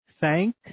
thank